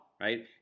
right